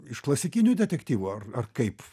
iš klasikinių detektyvų ar ar kaip